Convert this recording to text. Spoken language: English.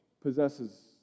possesses